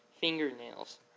fingernails